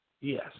Yes